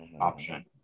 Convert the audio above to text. option